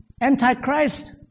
antichrist